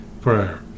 prayer